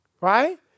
Right